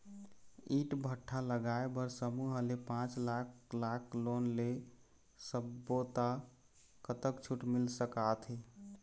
ईंट भट्ठा लगाए बर समूह ले पांच लाख लाख़ लोन ले सब्बो ता कतक छूट मिल सका थे?